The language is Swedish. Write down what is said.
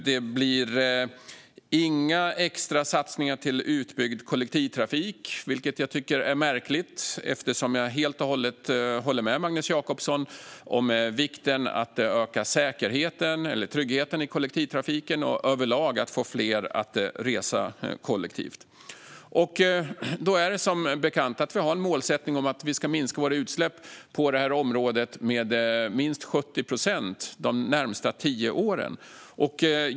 Det blir inga extra satsningar på utbyggd kollektivtrafik, vilket jag tycker är märkligt eftersom jag helt och hållet håller med Magnus Jacobsson om vikten av att öka tryggheten i kollektivtrafiken och överlag få fler att resa kollektivt. Vi har som bekant en målsättning om att minska våra utsläpp på det här området med minst 70 procent under de närmaste tio åren.